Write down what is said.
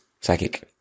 psychic